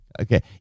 Okay